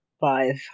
Five